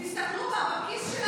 תסתכלו בכיס של האזרח.